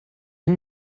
une